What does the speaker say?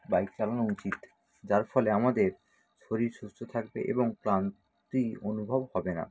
bike চালানো উচিত যার ফলে আমাদের শরীর সুস্থ থাকবে এবং ক্লান্তি অনুভব হবে না